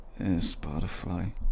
Spotify